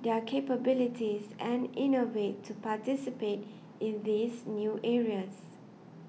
their capabilities and innovate to participate in these new areas